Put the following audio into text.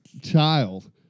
child